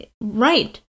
Right